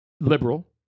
liberal